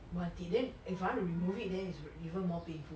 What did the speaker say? want it then if I want to remove it then it's even more painful